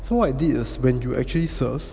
so I did as when you actually serve